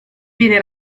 viene